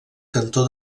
cantó